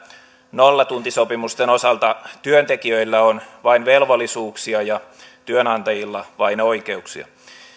nollatuntisopimusten osalta työntekijöillä on vain velvollisuuksia ja työnantajilla vain oikeuksia